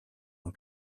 ans